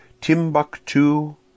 Timbuktu